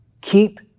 keep